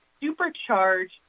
supercharged